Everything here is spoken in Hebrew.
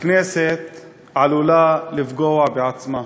הכנסת עלולה לפגוע בעצמה,